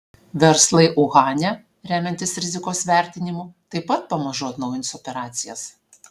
verslai uhane remiantis rizikos vertinimu taip pat pamažu atnaujins operacijas